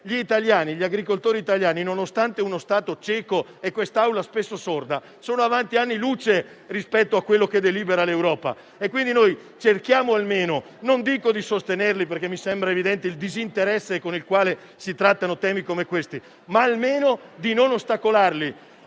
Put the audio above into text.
Gli agricoltori italiani, nonostante uno Stato cieco e quest'Aula spesso sorda, sono avanti anni luce rispetto a quello che delibera l'Europa. Quindi, cerchiamo non dico di sostenerli, perché mi sembra evidente il disinteresse con il quale si trattano temi come quelli in esame, ma almeno di non ostacolarli,